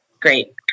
Great